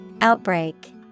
Outbreak